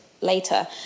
later